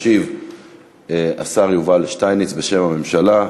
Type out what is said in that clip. ישיב השר יובל שטייניץ בשם הממשלה.